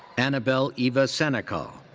annabelle eva senecal.